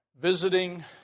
visiting